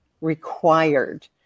required